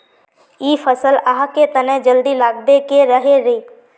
इ फसल आहाँ के तने जल्दी लागबे के रहे रे?